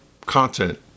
content